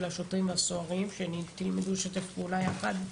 השוטרים והסוהרים שתלמדו לשתף פעולה יחד,